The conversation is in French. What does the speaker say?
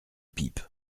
pipe